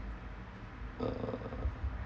uh